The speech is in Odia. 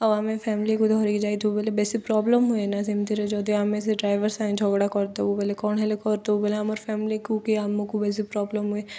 ଆଉ ଆମେ ଫ୍ୟାମିଲିକୁ ଧରିକି ଯାଇଥିବୁ ବଲେ ବେଶୀ ପ୍ରୋବ୍ଲେମ୍ ହୁଏ ନା ସେମିତିରେ ଯଦି ଆମେ ସେ ଡ୍ରାଇଭର୍ ସାଙ୍ଗ ଝଗଡ଼ା କରିବୁ ବଲେ କ'ଣ ହେଲେ କରିଦେବୁ ବଲେ ଆମ ଫ୍ୟାମିଲିକୁ କି ଆମକୁ ବେଶୀ ପ୍ରୋବ୍ଲେମ୍ ହୁଏ